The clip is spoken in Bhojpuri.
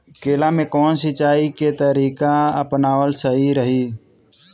केला में कवन सिचीया के तरिका अपनावल सही रही?